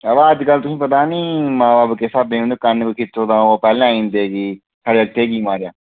बाऽ अजकल तुसेंगी पता निं किस स्हाबै उ'न्नै कन्न खिच्चे दा पैह्लें बी कीते दा ओह् पैह्लें आई जंदे जी साढ़े जगतै गी कीऽ मारेआ